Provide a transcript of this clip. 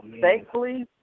thankfully